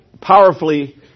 powerfully